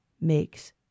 makes